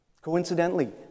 Coincidentally